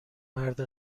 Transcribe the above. مرد